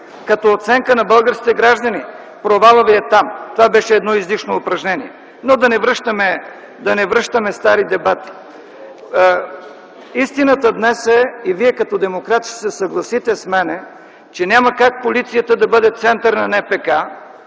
като оценка на българските граждани. Провалът ви е там. Това беше едно излишно упражнение, но да не връщаме стари дебати. Истината е днес и вие като демократи ще се съгласите с мен, че няма как полицията да бъде център на НПК,